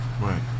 Right